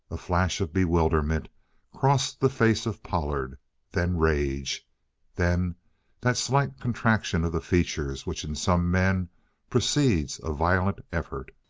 a flash of bewilderment crossed the face of pollard then rage then that slight contraction of the features which in some men precedes a violent effort.